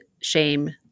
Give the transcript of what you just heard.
shame